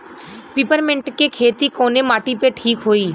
Peppermint के खेती कवने माटी पे ठीक होई?